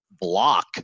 Block